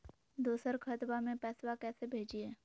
दोसर खतबा में पैसबा कैसे भेजिए?